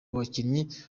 bakinnyi